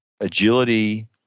agility